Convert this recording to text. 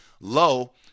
low